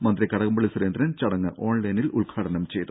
മന്ത്രി കടകംപള്ളി സുരേന്ദ്രൻ ചടങ്ങ് ഓൺലൈനിൽ ഉദ്ഘാടനം ചെയ്തു